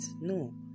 no